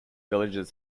villages